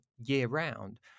year-round